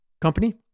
company